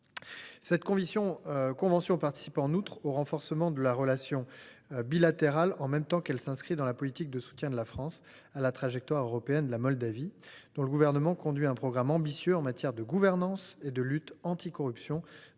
Cette convention participe en outre au renforcement de la relation bilatérale, en même temps qu’elle s’inscrit dans la politique de soutien de la France à la trajectoire européenne de la Moldavie. Le gouvernement de ce pays conduit un programme ambitieux en matière de gouvernance et de lutte anticorruption,